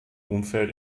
umfeld